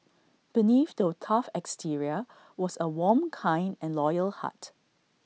believe the tough exterior was A warm kind and loyal heart